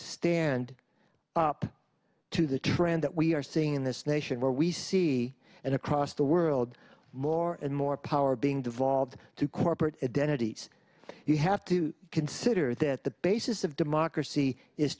stand up to the trend that we are seeing in this nation where we see and across the world more and more power being devolved to corporate identities you have to consider that the basis of democracy is